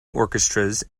orchestras